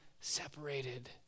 separated